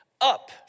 Up